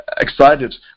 excited